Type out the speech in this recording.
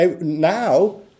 now